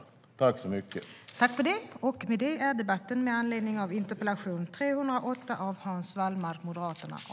Svar på interpellationer